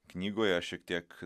knygoje šiek tiek